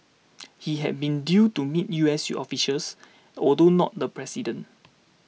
he had been due to meet U S officials although not the president